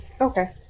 Okay